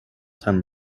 time